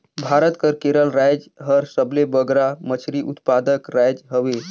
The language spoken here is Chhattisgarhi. भारत कर केरल राएज हर सबले बगरा मछरी उत्पादक राएज हवे